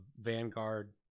Vanguard